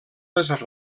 les